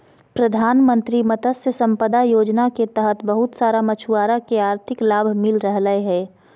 प्रधानमंत्री मत्स्य संपदा योजना के तहत बहुत सारा मछुआरा के आर्थिक लाभ मिल रहलय हें